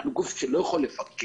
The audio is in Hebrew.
אנחנו גוף שלא יכול לפקח.